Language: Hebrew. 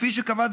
כפי שקבע,